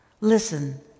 listen